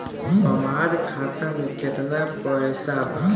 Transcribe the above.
हमार खाता मे केतना पैसा बा?